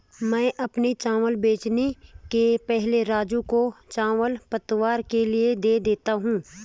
मैं अपने चावल बेचने के पहले राजू को चावल पतवार के लिए दे देता हूं